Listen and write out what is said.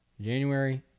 January